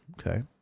Okay